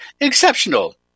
exceptional